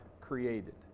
created